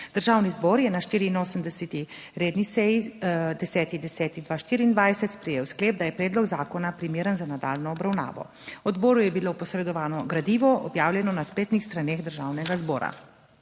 Državni zbor je na 84. redni seji 10. 10. 2024 sprejel sklep, da je predlog zakona primeren za nadaljnjo obravnavo. Odboru je bilo posredovano gradivo, objavljeno na spletnih straneh Državnega zbora.